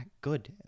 good